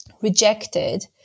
rejected